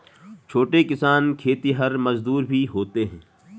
छोटे किसान खेतिहर मजदूर भी होते हैं